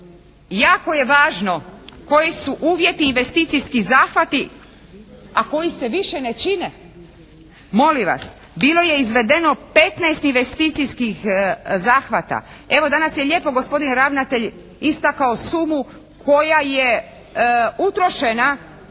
jako je važno koji su uvjeti, investicijski zahvati a koji se više ne čine. Molim vas, bilo je izvedeno 15 investicijskih zahvata. Evo danas je lijepo gospodin ravnatelj istakao sumu koja je utrošena